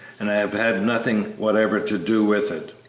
and have had nothing whatever to do with it.